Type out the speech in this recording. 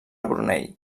brunei